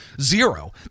Zero